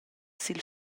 sil